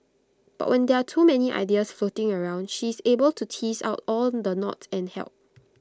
but when there are too many ideas floating around she is able to tease out all the knots and help